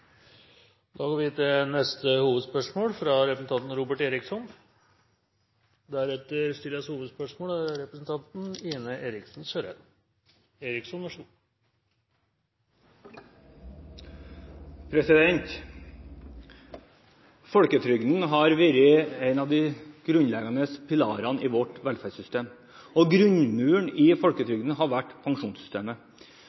da til neste hovedspørsmål. Folketrygden har vært en av de grunnleggende pilarene i vårt velferdssystem. Grunnmuren i